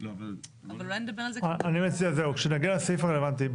אני מציע כשנגיע לסעיף הרלוונטי.